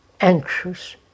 anxious